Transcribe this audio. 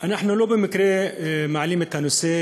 אנחנו לא במקרה מעלים את הנושא